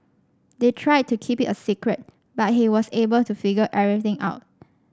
they tried to keep it a secret but he was able to figure everything out